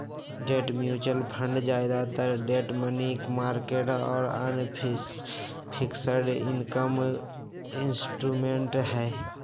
debt mutual fund ज्यादातर debt, money market और अन्य फिक्स्ड इनकम इंस्ट्रूमेंट्स हई